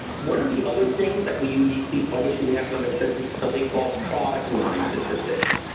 one of the other things that we uniquely published in the economic census is something called product line statistics.